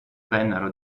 vennero